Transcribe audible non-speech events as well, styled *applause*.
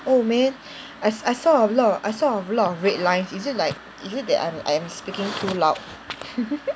oh man I I saw a lot I saw a lot of red lines is it like is it that I'm I am speaking too loud *laughs*